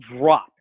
drop